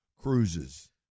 Cruises